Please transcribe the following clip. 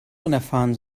unerfahren